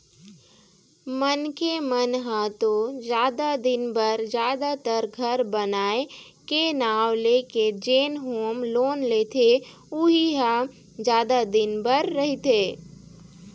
मनखे मन ह तो जादा दिन बर जादातर घर बनाए के नांव लेके जेन होम लोन लेथे उही ह जादा दिन बर रहिथे